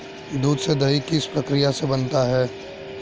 दूध से दही किस प्रक्रिया से बनता है?